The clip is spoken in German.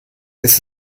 ist